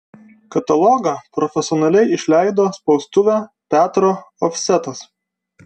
katalogą profesionaliai išleido spaustuvė petro ofsetas